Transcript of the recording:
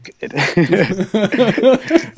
good